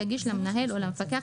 יגיש למנהל או למפקח,